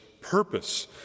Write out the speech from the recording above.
purpose